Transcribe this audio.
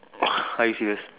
are you serious